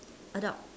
a dog